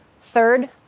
Third